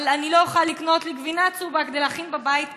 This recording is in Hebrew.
אבל אני לא אוכל לקנות לי גבינה צהובה כדי להכין בבית פיצה.